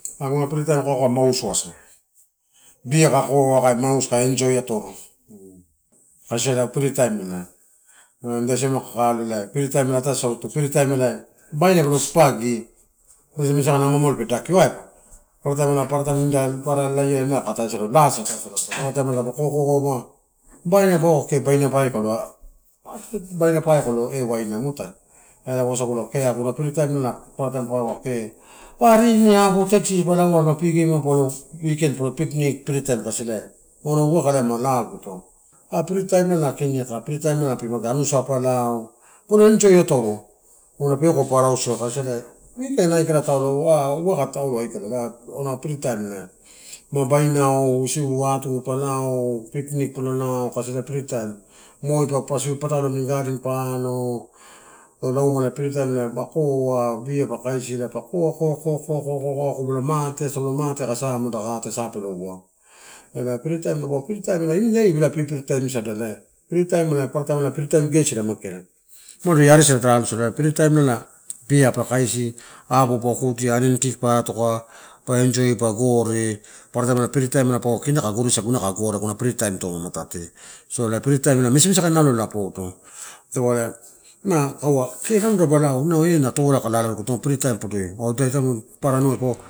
Aguna freetime nalo kaua kai mausuasa beer kai koa, kai mausu, kai enjoy atoro. kasi ela freetime ela. Ida siamela freetime ataisauto freetime ela baina spolo papadi, misamisa ama amalo pe dokio aiba. Paparataim nida parataim nida parataim nida anua lalaiala nida ka ataedato laa sa atai salato paparataim paupa kou-koa-koa baina kee baina pai palo io waina muatai ela wasagula aguna freetime paparataim paua kee pa rini apou piknik, ela auna ma lao gito. Apu a freetimela ageala anusai pa lao polo enjoy atoro auna peko pa arausia freetime aikala taulo ah uwaka taua aikala ela auna freetime ela mabuin auisi tu pa lao polo piknik palo lao kasi ela na freetime, moipa papasi patalo amini gadeni pa alo, tau lauma koa, bee, pa kaisi pa koa, koa, koa, koa akomala mateasu taupe lo mate asa aka sa polo ua. Ela freetime dapau ini day tada free freetime sada. Ela freetime paparataim freetime gesi ela mageala. freetime lala beer pa kaisi apo pa okudia aniani pa, atoka enjoy pa gore. Paparataim freetime pau kee ina kai gore sagu kee kaigore ito aguna freetime ito ma ma mamatate. So ela freetime misamisa alolu podo, ela ma kaua lamdapa lao inau eh ena tovolai lalaueguto ito freetime podoi papara anua po.